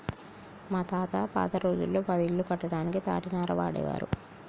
మా తాత పాత రోజుల్లో పది ఇల్లు కట్టడానికి తాటినార వాడేవారు